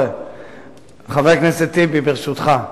חבר הכנסת טיבי, ברשותך.